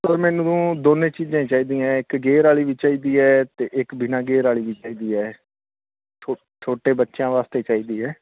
sir ਮੈਨੂੰ ਦੋਨੇ ਚੀਜ਼ਾਂ ਹੀ ਚਾਹੀਦੀਆਂ ਇੱਕ ਗੇਅਰ ਵਾਲੀ ਵੀ ਚਾਹੀਦੀ ਹੈ ਅਤੇ ਇੱਕ ਬਿਨਾਂ ਗੇਅਰ ਵਾਲੀ ਵੀ ਚਾਹੀਦੀ ਹੈ ਛੋ ਛੋਟੇ ਬੱਚਿਆਂ ਵਾਸਤੇ ਚਾਹੀਦੀ ਹੈ